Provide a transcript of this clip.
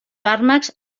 fàrmacs